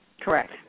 Correct